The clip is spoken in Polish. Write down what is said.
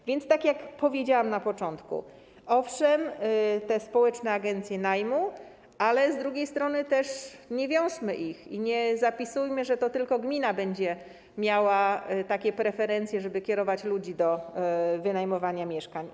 A więc tak jak powiedziałam na początku, owszem, społeczne agencje najmu, ale z drugiej strony nie wiążmy ich i nie zapisujmy tego, że to tylko gmina będzie miała preferencje, żeby kierować ludzi do wynajmowania mieszkań.